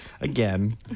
Again